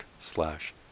slash